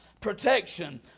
Protection